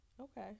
Okay